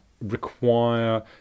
require